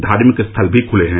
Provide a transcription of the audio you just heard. धार्मिक स्थल भी खुले हैं